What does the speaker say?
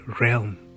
realm